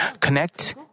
connect